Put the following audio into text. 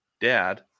dad